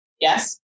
Yes